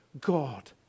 God